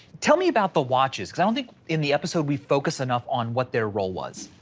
tell me about the watches, because i don't think in the episode, we focused enough on what their role was.